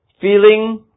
feeling